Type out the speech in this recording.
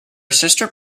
sister